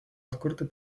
atkurti